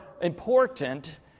important